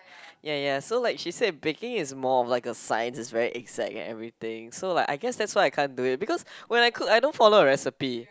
ya ya so like she said baking is more of like a science it's very exact and everything so like I guess that's why I can't do it because when I cook I don't follow the recipe